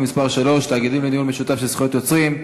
מס' 3) (תאגידים לניהול משותף של זכויות יוצרים),